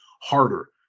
harder